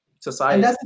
Society